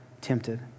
tempted